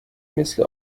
مثل